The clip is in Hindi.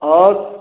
और